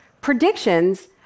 Predictions